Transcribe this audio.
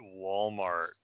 Walmart